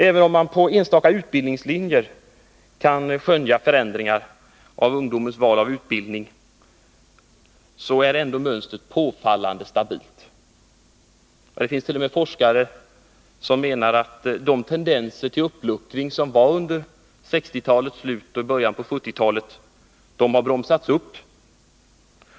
Även om man beträffande enstaka utbildningslinjer kan skönja förändringar i ungdomens val av utbildning, är mönstret ändå påfallande stabilt. Det finns t.o.m. forskare som menar att de tendenser till uppluckring i detta mönster som förekom under slutet av 1960-talet och början av 1970-talet har bromsats upp.